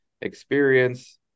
experience